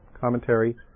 commentary